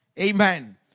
Amen